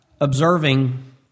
observing